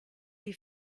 die